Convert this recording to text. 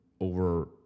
over